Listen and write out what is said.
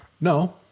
No